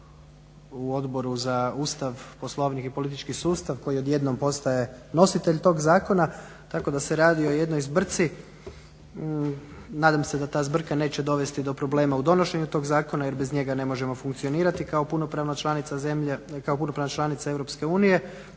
u Odboru za Ustav, Poslovnik i politički sustav koji odjednom postaje nositelj tog zakona, tako da se radi o jednoj zbrci. Nadam se da ta zbrka neće dovesti do problema u donošenju toga zakona jer bez njega ne možemo funkcionirati kao punopravna članica EU ali